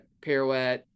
pirouette